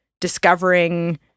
discovering